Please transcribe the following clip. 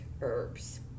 herbs